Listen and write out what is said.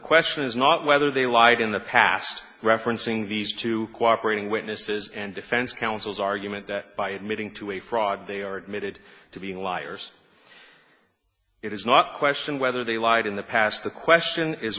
question is not whether they lied in the past referencing these two cooperated witnesses and defense counsel's argument that by admitting to a fraud they are admitted to being liars it is not question whether they lied in the past the question is